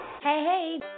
Hey